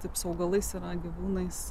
taip su augalais yra gyvūnais